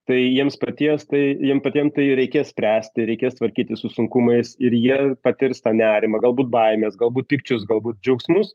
tai jiems patiems tai jiem patiem tai ir reikės spręsti reikės tvarkytis su sunkumais ir jie patirs tą nerimą galbūt baimes galbūt pykčius galbūt džiaugsmus